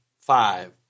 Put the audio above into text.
five